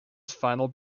final